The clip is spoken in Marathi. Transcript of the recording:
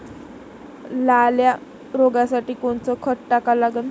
लाल्या रोगासाठी कोनचं खत टाका लागन?